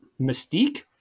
mystique